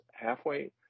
halfway